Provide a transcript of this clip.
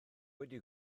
wedi